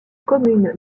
commune